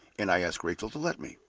and i asked rachel to let me.